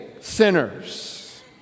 sinners